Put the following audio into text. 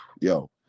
yo